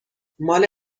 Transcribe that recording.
ماله